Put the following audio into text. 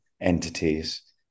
entities